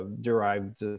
derived